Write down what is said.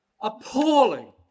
appalling